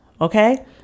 Okay